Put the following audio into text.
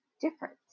different